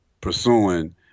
pursuing